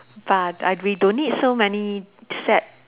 but I we don't need so many sad